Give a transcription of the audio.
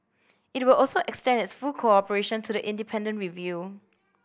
it will also extend its full cooperation to the independent review